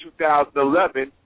2011